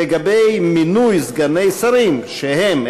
לגבי מינוי סגני שרים שהם,